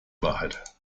wahrheit